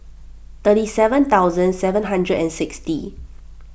thirty seven thousand seven hundred and sixty